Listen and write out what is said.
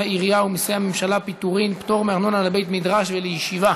העירייה ומסי הממשלה (פטורין) (פטור מארנונה לבית-מדרש ולישיבה),